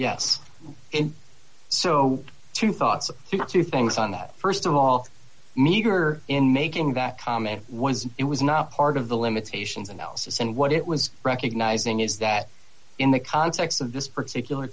yes so two thoughts of two things on the st of all meager in making that comment was it was not part of the limitations analysis and what it was recognizing is that in the context of this particular